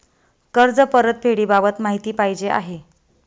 कर्ज परतफेडीबाबत माहिती पाहिजे आहे